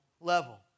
level